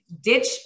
ditch